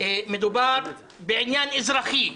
מדובר בעניין אזרחי.